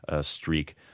streak